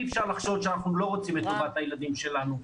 אי אפשר לחשוד שאנחנו לא רוצים את טובת הילדים שלנו.